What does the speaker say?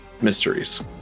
mysteries